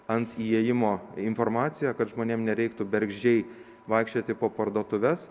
ant įėjimo informaciją kad žmonėm nereiktų bergždžiai vaikščioti po parduotuves